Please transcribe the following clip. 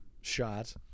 shot